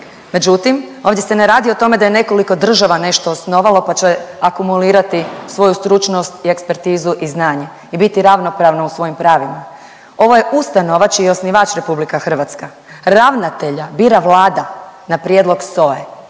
međutim ovdje se ne radi o tome da je nekoliko država nešto osnovalo, pa će akumulirati svoju stručnost i ekspertizu i znanje i biti ravnopravna u svojim pravima, ovo je ustanova čiji je osnivač RH. Ravnatelja bira Vlada na prijedlog SOA-e